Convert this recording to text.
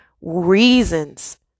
reasons